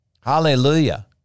Hallelujah